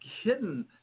hidden